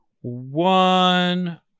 one